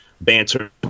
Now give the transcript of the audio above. banter